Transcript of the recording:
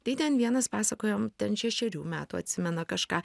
tai ten vienas pasakojo ten šešerių metų atsimena kažką